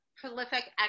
prolific